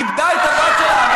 איבדה את הבת שלה,